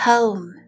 Home